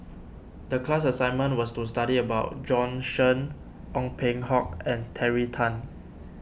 the class assignment was to study about Bjorn Shen Ong Peng Hock and Terry Tan